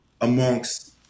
amongst